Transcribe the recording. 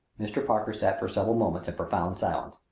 mr. parker sat for several moments in profound silence.